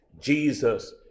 jesus